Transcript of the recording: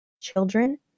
children